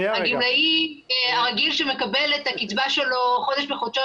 לגמלאי הרגיל שמקבל את הקצבה שלו חודש בחודשו,